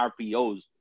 RPOs